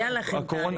היה לכם תאריך יעד.